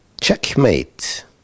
checkmate